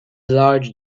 large